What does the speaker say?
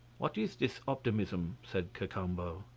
what is this optimism? said cacambo.